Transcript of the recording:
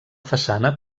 façana